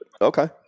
okay